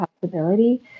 possibility